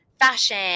fashion